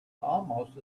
almost